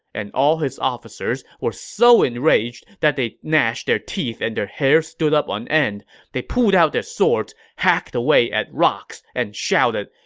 and all his officers were so enraged that they gnashed their teeth and their hair stood up on end they pulled out their swords, hacked at rocks, and shouted,